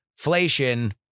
inflation